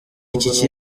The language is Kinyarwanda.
iki